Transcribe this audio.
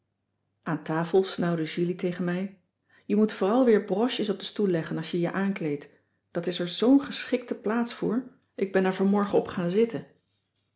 aan tafel snauwde julie tegen mij je moet vooral weer broches op den stoel leggen als jij je aankleedt dat is er zoo'n geschikte plaats voor ik ben er vanmorgen op gaan zitten